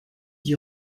dix